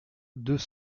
deux